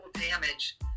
damage